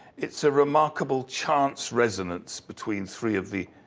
it's a remarkable chance resonance between three of the